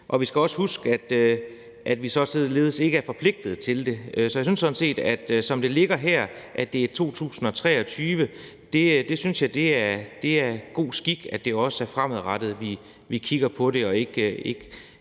og vi skal også huske, at vi således ikke er forpligtet til det. Så jeg synes sådan set, at som det ligger her – at det er for 2023 – er det god skik, altså at det er fremadrettet, vi kigger på det, og ikke